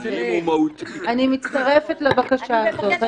אני מצטרפת לבקשה הזאת.